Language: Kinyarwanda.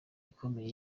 ikomeye